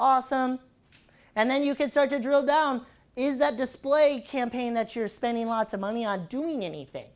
awesome and then you can start to drill down is that display campaign that you're spending lots of money on doing anything